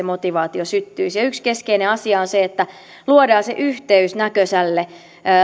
motivaatio syttyisi ja yksi keskeinen asia on se että luodaan se yhteys näkösälle